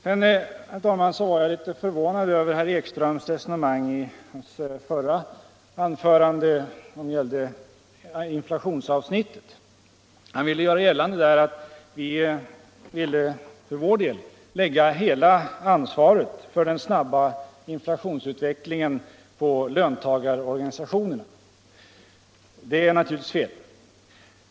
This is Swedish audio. Sedan, herr talman, var jag litet förvånad över det resonemang som herr Ekström i sitt föregående anförande förde om inflationsproblematiken. Han ville där göra gällande att vi för vår del lägger hela ansvaret för den snabba inflationsutvecklingen på löntagarorganisationerna. Det är naturligtvis fel.